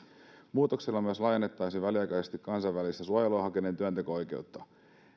muutoksella myös laajennettaisiin väliaikaisesti kansainvälistä suojelua hakeneen työnteko oikeutta esitetyt